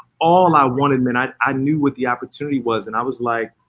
all um i wanted man, i i knew what the opportunity was. and i was like,